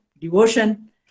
devotion